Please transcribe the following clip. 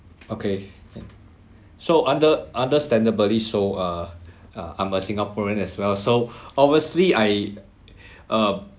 okay and so under~ understandably so uh uh I'm a singaporean as well so obviously I uh